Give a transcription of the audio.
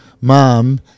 mom